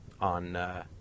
on